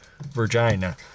Virginia